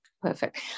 Perfect